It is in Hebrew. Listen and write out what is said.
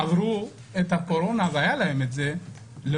עברו את הקורונה ללא חיסון?